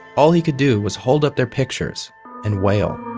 all he could do was hold up their pictures and wail